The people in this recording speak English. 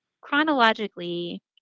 chronologically